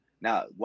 Now